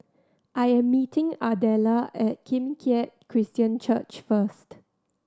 I am meeting Ardella at Kim Keat Christian Church first